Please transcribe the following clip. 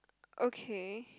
okay